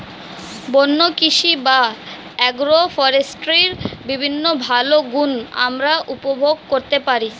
বন্য কৃষি বা অ্যাগ্রো ফরেস্ট্রির বিভিন্ন ভালো গুণ আমরা উপভোগ করতে পারি